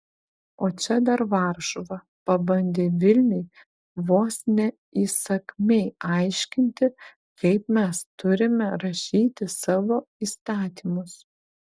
o čia dar varšuva pabandė vilniui vos ne įsakmiai aiškinti kaip mes turime rašyti savo įstatymus